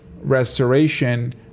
restoration